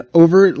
over